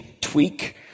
tweak